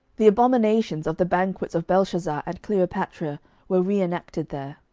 the abominations of the banquets of belshazzar and cleopatra were re-enacted there.